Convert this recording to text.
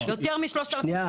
יותר מ-3,000.